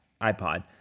iPod